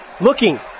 looking